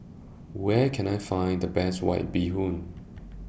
Where Can I Find The Best White Bee Hoon